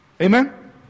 Amen